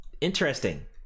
Interesting